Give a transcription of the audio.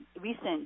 recent